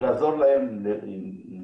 לעזור להם להסתדר,